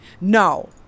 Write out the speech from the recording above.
no